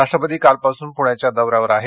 राष्ट्रपती कालपासून पुण्याच्या दौऱ्यावर आहेत